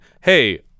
hey